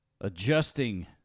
adjusting